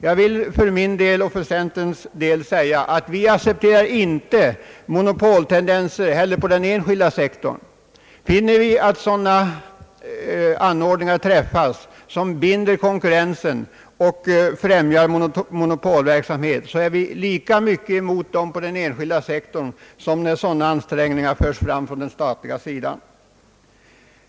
Jag vill för min och för centerns del säga, att vi inte heller på den enskilda sektorn accepterar monopoltendenser. Finner vi att sådana överenskommelser träffas som binder konkurrensen och främjar monopolverksamhet, så är vi lika mycket mot dem på den enskilda sektorn som på den statliga sidan.